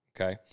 okay